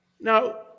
Now